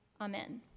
Amen